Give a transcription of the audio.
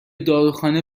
داروخانه